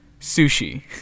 Sushi